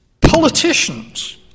politicians